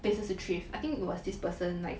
places to thrift I think it was this person like